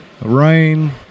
Rain